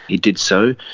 he did so,